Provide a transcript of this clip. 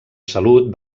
salut